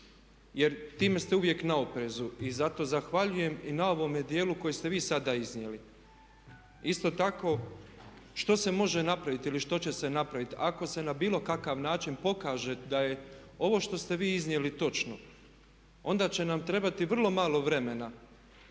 jer time ste uvijek na oprezu i zato zahvaljujem na ovome dijelu koji ste vi sada iznijeli. Isto tako, što se može napraviti ili što će se napraviti ako se na bilo kakav način pokaže da je ovo što ste vi iznijeli točno onda će nam trebati vrlo malo vremena,